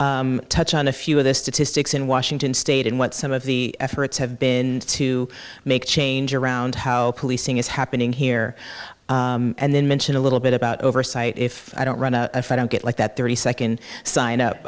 touch on a few of the statistics in washington state and what some of the efforts have been to make change around how policing is happening here and then mention a little bit about oversight if i don't run a i don't get like that thirty second